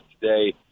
Today